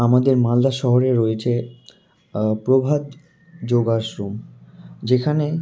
আমাদের মালদা শহরে রয়েছে প্রভাত যোগাসন যেখানে